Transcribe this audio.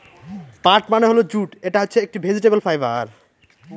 পাট মানে হল জুট এটা হচ্ছে একটি ভেজিটেবল ফাইবার